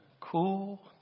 Cool